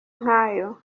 nk’ayo